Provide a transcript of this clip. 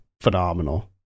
phenomenal